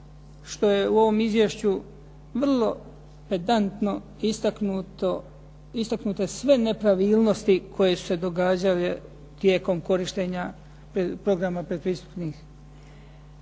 što je u ovom Izvješću vrlo pedantno istaknute sve nepravilnosti koje su se događale tijekom korištenja programa pretpristupnih,